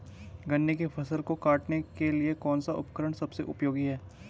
गन्ने की फसल को काटने के लिए कौन सा उपकरण सबसे उपयोगी है?